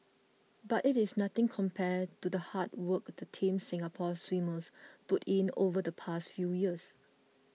but it is nothing compared to the hard work the Team Singapore swimmers put in over the past few years